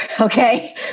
okay